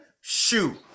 Shoot